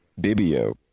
Bibio